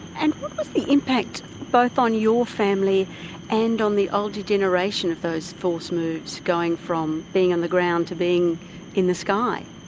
and what was the impact both on your family and on the older generation of those forced moves going from being on the ground to being in the sky?